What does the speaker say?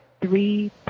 three